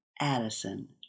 Addison